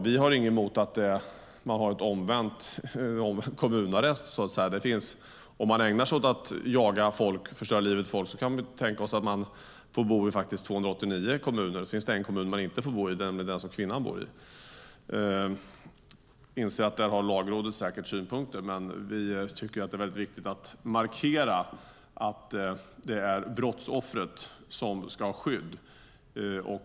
Vi har inget emot att man har ett omvänt system till kommunarrest, så att säga. En person som ägnar sig åt att jaga folk och förstöra livet för dem kan jag tänka mig får bo i 289 kommuner men inte i den som kvinnan bor i. Jag inser att Lagrådet säkert har synpunkter när det gäller detta, men vi tycker att det är viktigt att markera att det är brottsoffret som ska ha skydd.